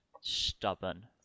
Stubborn